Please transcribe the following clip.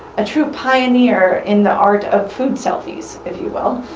a true pioneer in the art of food selfies, if you will.